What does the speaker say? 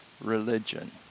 religion